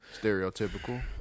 stereotypical